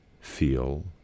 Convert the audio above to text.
feel